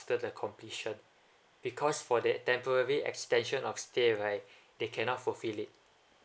after the competition because for that temporary extension of stay right they cannot fulfil it